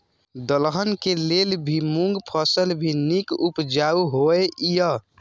दलहन के लेल भी मूँग फसल भी नीक उपजाऊ होय ईय?